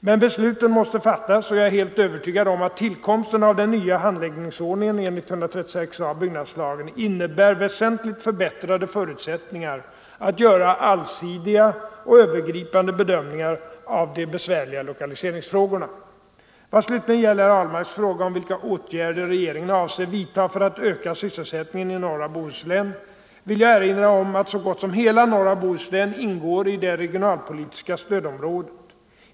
Men beslutet måste fattas, och jag är helt övertygad = av industri till om att tillkomsten av den nya handläggningsordningen enligt 136a§ = Västkusten byggnadslagen innebär väsentligt förbättrade förutsättningar att göra allsidiga och övergripande bedömningar av de besvärligaste lokaliseringsfrågorna. Vad slutligen gäller herr Ahlmarks fråga om vilka åtgärder regeringen avser vidta för att öka sysselsättningen i norra Bohuslän vill jag erinra om att så gott som hela norra Bohuslän ingår i det regionalpolitiska stödområdet.